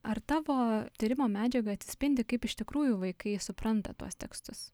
ar tavo tyrimo medžiagoj atsispindi kaip iš tikrųjų vaikai supranta tuos tekstus